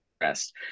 rest